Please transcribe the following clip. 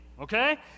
okay